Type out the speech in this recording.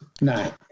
No